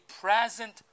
present